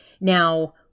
Now